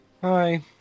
Hi